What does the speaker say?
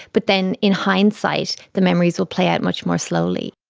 but then in hindsight the memories will play out much more slowly.